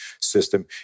system